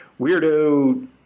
weirdo